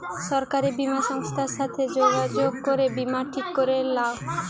সরকারি বীমা সংস্থার সাথে যোগাযোগ করে বীমা ঠিক করে লাও